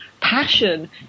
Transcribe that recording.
passion